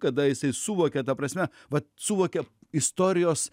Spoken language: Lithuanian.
kada jisai suvokia ta prasme vat suvokia istorijos